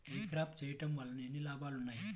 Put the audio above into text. ఈ క్రాప చేయుట వల్ల ఎన్ని లాభాలు ఉన్నాయి?